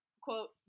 quote